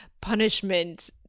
punishment-